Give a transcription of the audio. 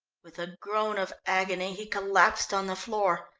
with a groan of agony he collapsed on the floor.